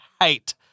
hate